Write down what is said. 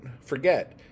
forget